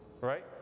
Right